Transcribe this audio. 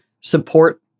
support